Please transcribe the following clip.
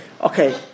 okay